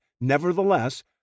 nevertheless